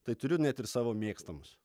tai turiu net ir savo mėgstamus